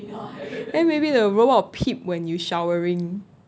then maybe the robot will peep when you showering